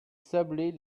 sablés